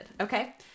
okay